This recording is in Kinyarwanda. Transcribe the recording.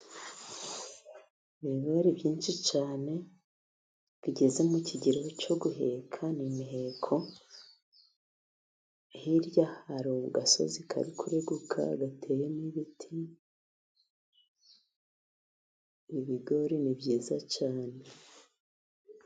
Ibigori byinshi cyane bigeze mu kigero cyo guheka ni imiheko, hirya hari agasozi kari kureguka gateyemo ibiti, ibi bigori ni byiza cyane.